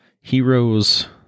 Heroes